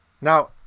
now